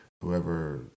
whoever